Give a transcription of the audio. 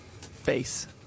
Face